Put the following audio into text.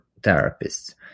therapists